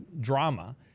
drama